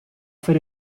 fer